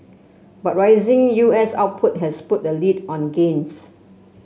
but rising U S output has put the lid on gains